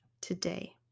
today